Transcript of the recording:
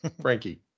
Frankie